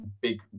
big